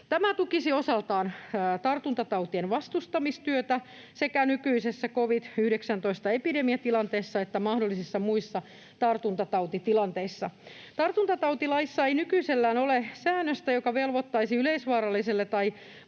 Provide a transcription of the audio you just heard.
Tämä tukisi osaltaan tartuntatautien vastustamistyötä sekä nykyisessä covid-19-epidemiatilanteessa että mahdollisissa muissa tartuntatautitilanteissa. Tartuntatautilaissa ei nykyisellään ole säännöstä, joka velvoittaisi yleisvaaralliselle tai